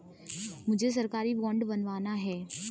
मुझे सरकारी बॉन्ड बनवाना है